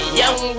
young